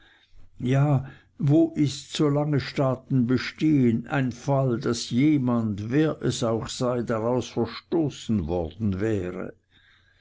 ja wo ist solange staaten bestehen ein fall daß jemand wer es auch sei daraus verstoßen worden wäre